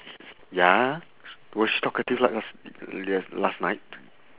ya was she talkative las~ las~ las~ last night